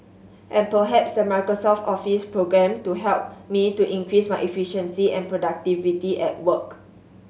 and perhaps the Microsoft Office programme to help me to increase my efficiency and productivity at work